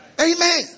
Amen